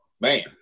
Man